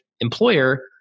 employer